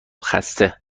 خسته